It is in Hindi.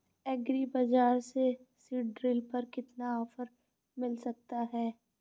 एग्री बाजार से सीडड्रिल पर कितना ऑफर मिल सकता है?